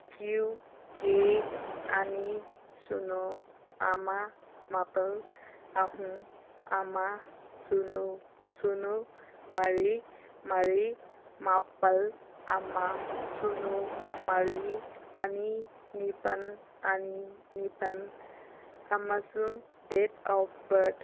Q ꯀꯦ ꯑꯅꯤ ꯁꯤꯅꯣ ꯑꯃ ꯃꯥꯄꯜ ꯑꯍꯨꯝ ꯑꯃ ꯁꯤꯅꯣ ꯁꯤꯅꯣ ꯃꯔꯤ ꯃꯔꯤ ꯃꯥꯄꯜ ꯑꯃ ꯁꯤꯅꯣ ꯃꯔꯤ ꯑꯅꯤ ꯅꯤꯄꯥꯜ ꯑꯅꯤ ꯅꯤꯄꯥꯜ ꯑꯃꯁꯨꯡ ꯗꯦꯠ ꯑꯣꯐ ꯕꯥꯔꯠ